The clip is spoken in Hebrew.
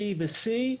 B ו-C,